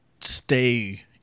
stay